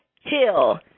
Hill